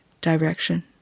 direction